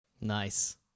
Nice